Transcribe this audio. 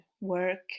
work